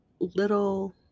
little